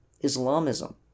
Islamism